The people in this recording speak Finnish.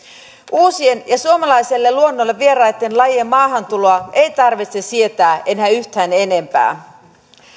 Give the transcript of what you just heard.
uusien ja suomalaiselle luonnolle vieraitten lajien maahantuloa ei tarvitse sietää enää yhtään enempää